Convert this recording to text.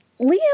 Liam